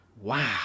wow